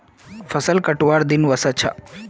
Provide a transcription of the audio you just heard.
फसल कटवार दिन व स छ